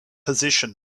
position